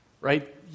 right